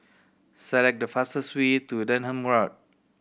select the fastest way to Denham Road